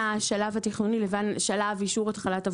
אדוני יודע שוועדת הכלכלה והכנסת לא נסגרות ברגע שחוק ההסדרים